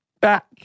Back